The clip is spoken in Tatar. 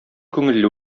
күңелле